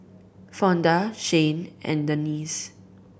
Fonda Zhane and Denese